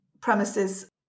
premises